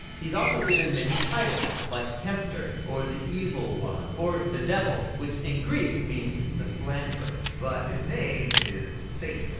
he is also given many titles like tempter, or the the evil one, or the devil, which in greek means the slanderer. but his name is satan,